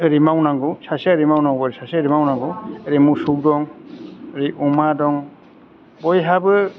ओरै मावनांगौ सासेया ओरै मावनांगौबा सासेया ओरै मावनांगौ ओरै मोसौ दं ओरै अमा दं बयहाबो